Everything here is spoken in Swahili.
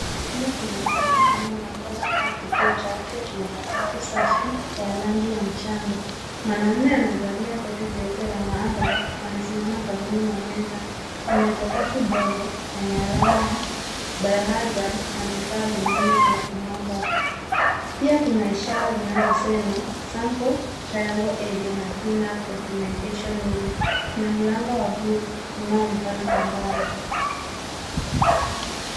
Chumba kinaonekana kama maabara au kituo cha afya chenye sakafu safi ya rangi ya mchanga. Mwanaume amevalia koti jeupe la maabara amesimama karibu na meza. Kuna jokovu ndogo lenye alama ya bio- hazard na vifaa vingine vya maabara. Pia kuna ishara zinazosema sample triangle area na clean up documentation area . Kuna mlango wa buluu unaoonekana kwa mbali.